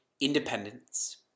independence